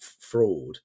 fraud